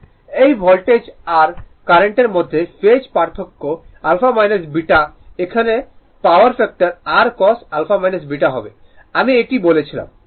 এবং ভোল্টেজ আর কারেন্টের মধ্যে ফেজ পার্থক্য α β এখানে পাওয়ার ফ্যাক্টর r cos α β হবে আমি বলেছিলাম